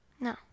No